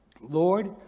Lord